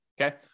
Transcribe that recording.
okay